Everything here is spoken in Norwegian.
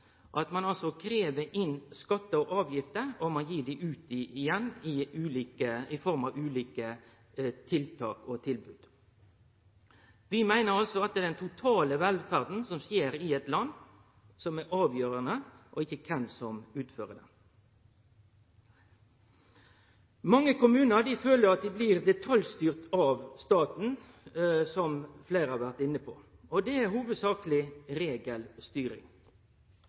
at ein krev inn skattar og avgifter og gir dei ut igjen i form av ulike tiltak og tilbod. Vi meiner at det er den totale velferda i eit land som er avgjerande, og ikkje kven som utfører henne. Mange kommunar føler, som fleire har vore inne på, at dei blir detaljstyrte av staten, og det er hovudsakleg regelstyring.